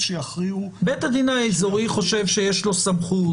בית הדין האיזורי חושב שיש לו סמכות.